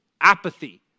apathy